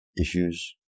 issues